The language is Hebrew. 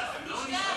לא נשלח.